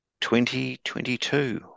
2022